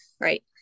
right